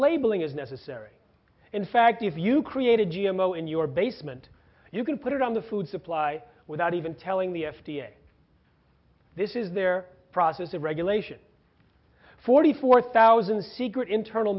labeling is necessary in fact if you create a g m o in your basement you can put it on the food supply without even telling the f d a this is their process of regulation forty four thousand secret internal